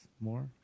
more